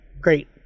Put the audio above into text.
great